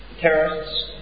terrorists